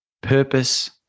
purpose